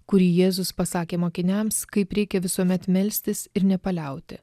kurį jėzus pasakė mokiniams kaip reikia visuomet melstis ir nepaliauti